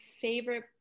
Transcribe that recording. favorite